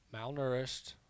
malnourished